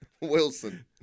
Wilson